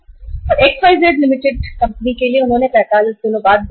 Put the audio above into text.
और XYZ Ltdने 45 दिनों के बाद भुगतान किया